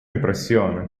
impressione